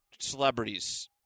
celebrities